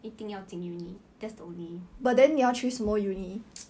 一定要进 uni that's the only